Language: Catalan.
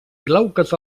glauques